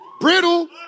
Brittle